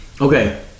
Okay